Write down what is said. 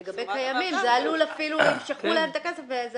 לגבי קיימים, זה עלול אפילו למוטט אותם.